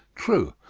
true,